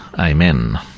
Amen